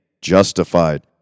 justified